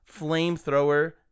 flamethrower